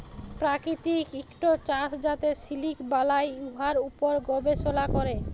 পাকিতিক ইকট চাষ যাতে সিলিক বালাই, উয়ার উপর গবেষলা ক্যরে